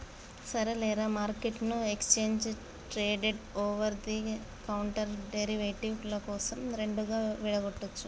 సరేలేరా, మార్కెట్ను exchange traded over the counter derivative ల కోసం రెండుగా విడగొట్టొచ్చు